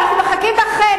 אנחנו מחכים לכם,